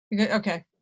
Okay